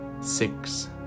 six